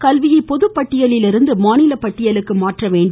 கல்வியை பொதுப்பட்டியலில் இருந்து மாநில பட்டியலுக்கு மாற்ற வேண்டும்